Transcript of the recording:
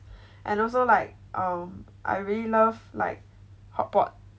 and also like um I really love like hotpot